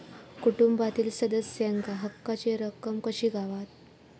कुटुंबातील सदस्यांका हक्काची रक्कम कशी गावात?